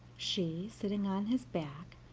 she sitting on his back,